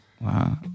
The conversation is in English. Wow